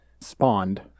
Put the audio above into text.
spawned